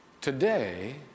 Today